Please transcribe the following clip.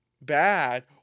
bad